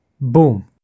Boom